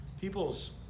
people's